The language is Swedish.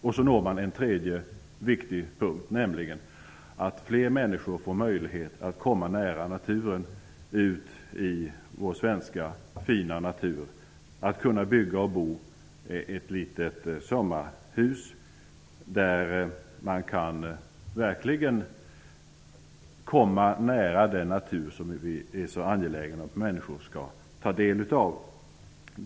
Man når också en tredje viktig punkt, nämligen att fler människor får möjlighet att komma nära vår fina svenska natur genom att kunna bygga och bo i ett litet sommarhus. Då kan de verkligen komma nära den natur som vi är angelägna om att människor skall ta del av.